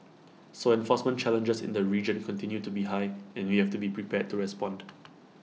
so enforcement challenges in the region continue to be high and we have to be prepared to respond